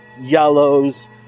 Yellows